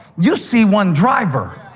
you see one driver,